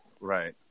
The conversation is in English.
Right